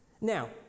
Now